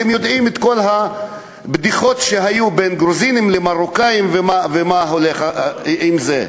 ואתם יודעים את כל הבדיחות שהיו בין גרוזינים למרוקאים ומה הולך עם זה.